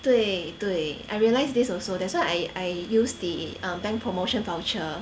对对 I realize this also that's why I I use the err bank promotion voucher